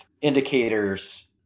indicators